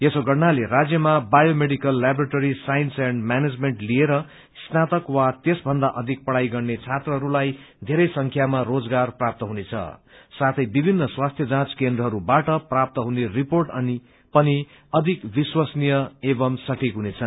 यसो गर्नाले राज्यमा बाटो medical laboratory science and manager लिएर स्नाकत वा त्यसभन्दा अधिक पढ़ाई गत्रे छात्रहरूलाई धेरै संख्यामा रोजगार प्राप्त हुनेछं साथै विभिन्न स्वास्थ्य जाँच केन्द्रहरूबाट प्राप्त हुने रिर्पोट पनि अधिक विश्वसनीय एवम् सठिक हुनेछ